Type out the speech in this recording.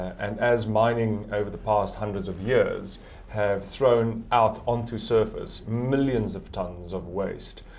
and as mining over the past hundreds of years have thrown out onto surface millions of tonnes of waste.